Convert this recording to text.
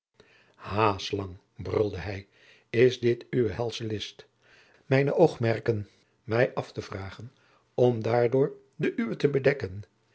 ha slang brulde hij is dit uwe helsche list mijne oogmerken mij af te vragen om daardoor de uwe te bedekken